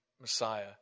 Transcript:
Messiah